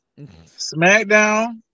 SmackDown